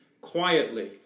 quietly